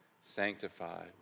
sanctified